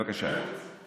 דיברנו על זה היום.